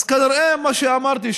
אז כנראה מה שאמרתי,